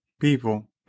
people